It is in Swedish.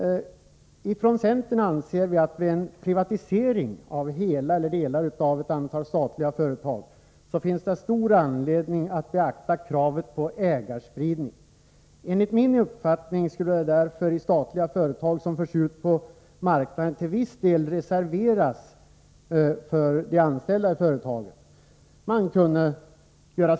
Vi inom centern anser att det vid en privatisering av hela, eller delar av, ett antal statliga företag finns stor anledning att beakta kravet på ägarspridning. Enligt min uppfattning skulle därför sådana aktier i statliga företag som förs ut på marknaden i viss utsträckning reserveras för de anställda i företagen.